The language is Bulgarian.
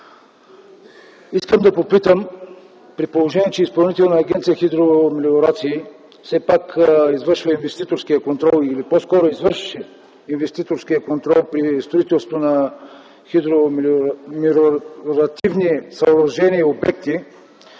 Искам да попитам, при положение че Изпълнителната агенция по хидромелиорации извършва инвеститорския контрол или по-скоро извършваше инвеститорския контрол при строителството на хидромелиоративни съоръжения и обекти,